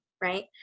right